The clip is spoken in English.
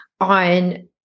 on